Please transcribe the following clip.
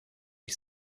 ich